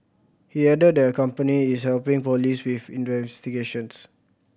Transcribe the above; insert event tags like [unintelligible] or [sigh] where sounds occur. he added their company is helping police with [unintelligible]